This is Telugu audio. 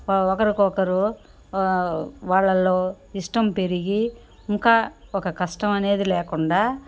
ఒకరికి ఒకరు వా వాళ్లలో ఇష్టం పెరిగి ఇంకా ఒక కష్టం అనేది లేకుండా